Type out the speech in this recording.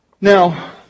Now